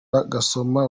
bagasoma